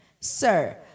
sir